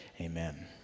Amen